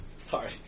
Sorry